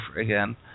again